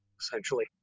essentially